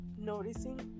noticing